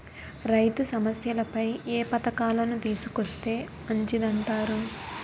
రైతు సమస్యలపై ఏ పథకాలను తీసుకొస్తే మంచిదంటారు?